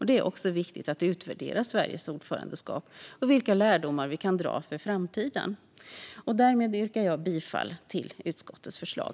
Det är också viktigt att utvärdera Sveriges ordförandeskap och vilka lärdomar vi kan dra för framtiden. Jag yrkar bifall till utskottets förslag.